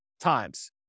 times